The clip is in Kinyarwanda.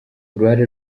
uruhare